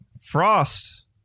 frost